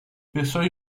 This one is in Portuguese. pessoas